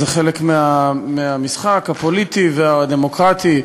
זה חלק מהמשחק הפוליטי והדמוקרטי,